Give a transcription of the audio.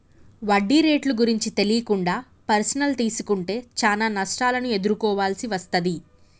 వడ్డీ రేట్లు గురించి తెలియకుండా పర్సనల్ తీసుకుంటే చానా నష్టాలను ఎదుర్కోవాల్సి వస్తది